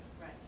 Right